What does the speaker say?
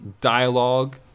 dialogue